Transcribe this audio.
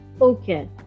Okay